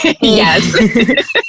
Yes